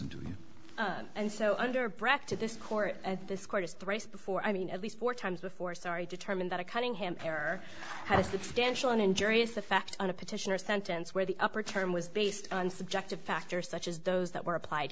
you and so under our breath to this court at this court is thrice before i mean at least four times before sorry determined that a cutting him error has the potential injurious effect on a petitioner sentence where the upper term was based on subjective factors such as those that were applied